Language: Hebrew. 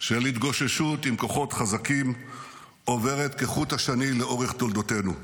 של התגוששות עם כוחות חזקים עוברת כחוט השני לאורך תולדותינו.